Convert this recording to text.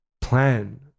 plan